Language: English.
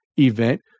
event